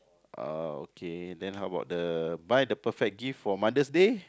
uh okay then how about the buy the perfect gift for Mother's Day